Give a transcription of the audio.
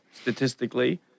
statistically